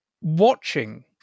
watching